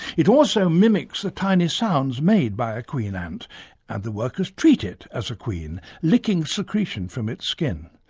it also mimics the tiny sounds made by a queen ant and the workers treat it as a queen, licking secretion from its skin.